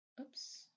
oops